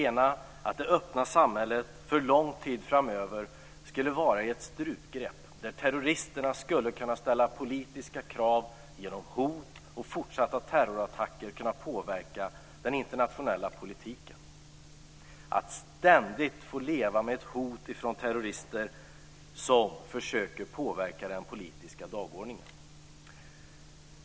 Det ena scenariot var att det öppna samhället för lång tid framöver skulle vara i ett strupgrepp där terroristerna skulle kunna ställa politiska krav genom hot och genom fortsatta terrorattacker kunna påverka den internationella politiken. Vi trodde att vi ständigt skulle få leva med ett hot från terrorister som försöker att påverka den politiska dagordningen.